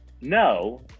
No